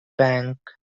bank